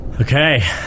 Okay